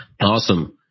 awesome